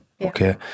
Okay